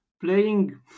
playing